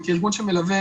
וכארגון שמלווה